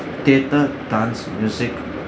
theatre dance music